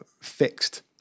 fixed